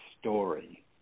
story